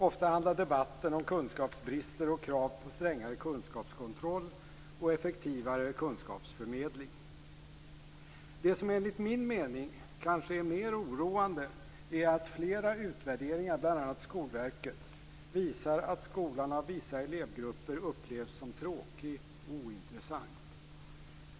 Ofta handlar debatten om kunskapsbrister, krav på strängare kunskapskontroll och effektivare kunskapsförmedling. Det som enligt min mening kanske är mer oroande är att flera utvärderingar, bl.a. Skolverkets, visar att skolan av vissa elevgrupper upplevs som tråkig och ointressant.